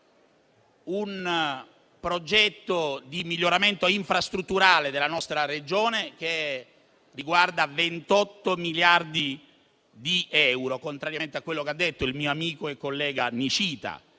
un progetto di miglioramento infrastrutturale della nostra Regione, che riguarda 28 miliardi di euro (contrariamente a quello che ha detto il mio amico e collega Nicita).